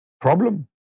problem